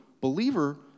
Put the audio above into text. believer